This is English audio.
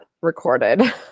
recorded